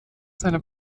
seiner